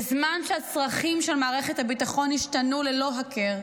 בזמן שהצרכים של מערכת הביטחון השתנו ללא הכר,